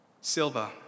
Silva